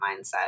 mindset